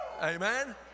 Amen